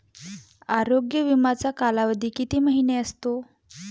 आरोग्य विमाचा कालावधी किती महिने असतो?